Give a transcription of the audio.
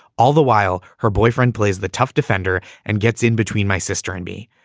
all the while, her boyfriend plays the tough defender and gets in between my sister and me.